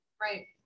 Right